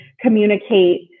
communicate